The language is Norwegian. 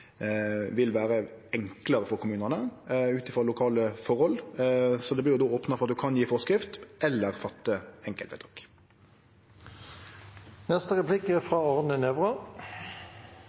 vil vere enklare for kommunane ut frå lokale forhold. Så det vert opna for at ein kan gje forskrift eller fatte enkeltvedtak. Det er